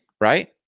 right